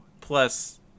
plus